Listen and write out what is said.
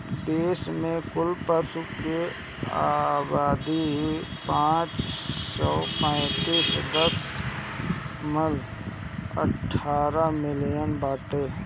देश में कुल पशु के आबादी पाँच सौ पैंतीस दशमलव अठहत्तर मिलियन बाटे